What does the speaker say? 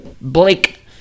blake